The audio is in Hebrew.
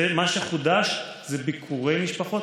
מה שחודש זה ביקורי משפחות.